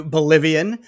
Bolivian